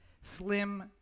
slim